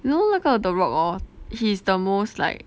you know 那个 the rock hor he is the most like